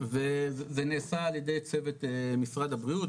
וזה נעשה על ידי צוות משרד הבריאות,